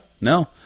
no